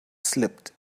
slipped